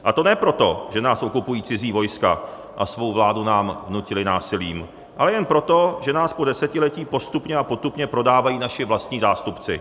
A to ne proto, že nás okupují cizí vojska a svou vládu nám vnutili násilím, ale jen proto, že nás po desetiletí postupně a potupně prodávají naši vlastní zástupci.